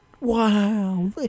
wow